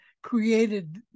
created